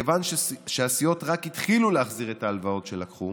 מכיוון שהסיעות רק התחילו להחזיר את ההלוואות שלקחו,